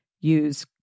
Use